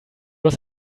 hast